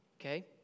okay